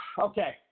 Okay